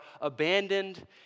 abandoned